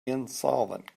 insolvent